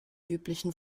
üblichen